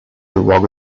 luogo